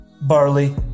barley